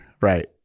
Right